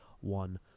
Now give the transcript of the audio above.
one